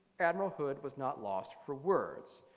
admiral hood was not lost for words.